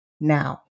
now